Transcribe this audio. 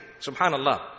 subhanallah